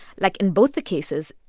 like, in both the cases,